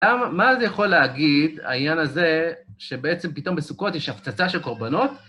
מה זה יכול להגיד, העניין הזה, שבעצם פתאום בסוכות יש הפצצה של קורבנות?